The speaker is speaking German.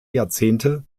jahrzehnte